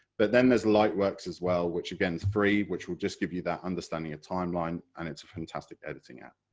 but then there is lightworks as well, which again is free, which will give you that understanding of timeline, and it's a fantastic editing app.